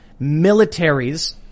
militaries